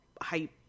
hype